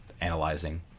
analyzing